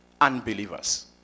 unbelievers